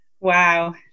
Wow